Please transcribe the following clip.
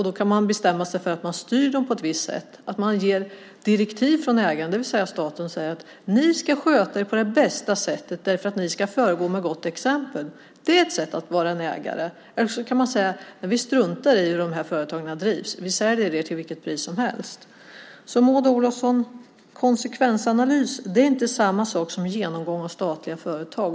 Då kan man bestämma sig för att styra dem på ett visst sätt - att ägaren, staten, ger direktiv och säger: Ni ska sköta er på bästa sätt därför att ni ska föregå med gott exempel. Det är ett sätt att vara en ägare. Eller också kan man säga: Vi struntar i hur de här företagen drivs. Vi säljer dem till vilket pris som helst. Maud Olofsson, en konsekvensanalys är inte samma sak som en genomgång av statliga företag.